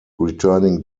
returning